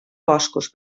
boscos